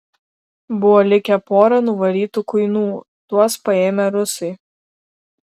buvo likę pora nuvarytų kuinų tuos paėmę rusai